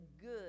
good